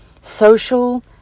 social